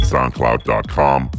SoundCloud.com